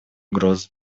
угрозы